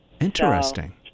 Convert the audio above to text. Interesting